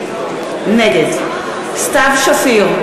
נגד סתיו שפיר,